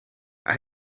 hij